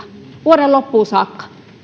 vuoden loppuun saakka